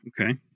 Okay